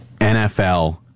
NFL